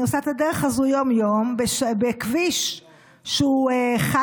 אני עושה את הדרך הזו יום-יום בכביש שהוא חד-נתיבי.